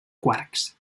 quarks